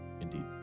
Indeed